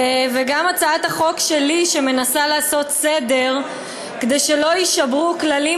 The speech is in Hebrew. גם הצעת החוק שלי שמנסה לעשות סדר כדי שלא יישברו כללים